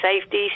safety